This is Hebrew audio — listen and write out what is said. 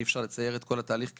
ואי אפשר לצייר את כל התהליך כוורוד,